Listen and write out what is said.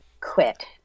quit